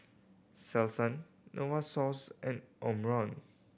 Selsun Novosource and Omron